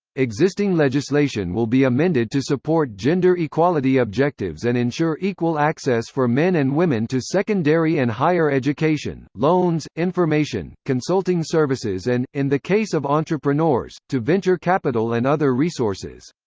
existing legislation will be amended to support gender equality objectives and ensure equal access for men and women to secondary and higher education, loans, information, consulting services and, in the case of entrepreneurs, to venture capital and other resources.